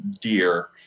deer